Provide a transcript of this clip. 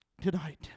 tonight